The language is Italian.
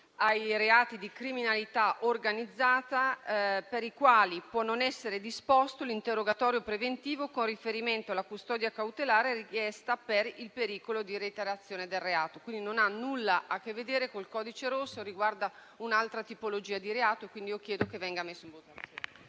ai reati di criminalità organizzata, per i quali può non essere disposto l'interrogatorio preventivo con riferimento alla custodia cautelare richiesta per il pericolo di reiterazione del reato. Quindi, non ha nulla a che vedere col codice rosso, ma riguarda un'altra tipologia di reato.